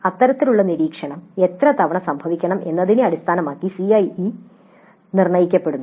ഇത്തരത്തിലുള്ള നിരീക്ഷണം എത്ര തവണ സംഭവിക്കണം എന്നതിനെ അടിസ്ഥാനമാക്കി CIE നിർണ്ണയിക്കപ്പെടുന്നു